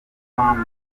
mpamvu